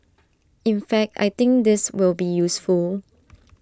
in fact I think this will be useful